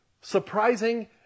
surprising